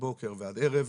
מבוקר ועד ערב,